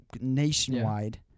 nationwide